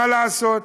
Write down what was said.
מה לעשות,